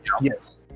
Yes